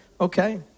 Okay